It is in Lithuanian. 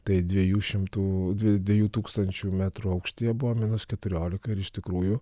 tai dviejų šimtų dvi dviejų tūkstančių metrų aukštyje buvo minus keturiolika ir iš tikrųjų